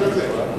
בזה?